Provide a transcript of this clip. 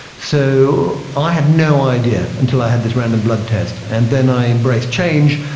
so i had no idea until i had this random blood test, and then i embraced change,